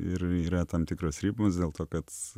ir yra tam tikros ribos dėl to kad